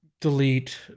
delete